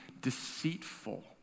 deceitful